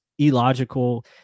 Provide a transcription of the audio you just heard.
illogical